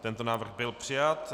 Tento návrh byl přijat.